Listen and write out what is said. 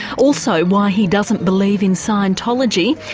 also, why he doesn't believe in scientology,